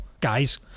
guys